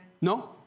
No